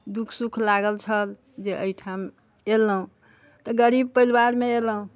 दुःख सुख लागल छल जे एहिठाम एलहुँ तऽ गरीब परिवारमे एलहुँ